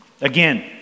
Again